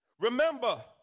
Remember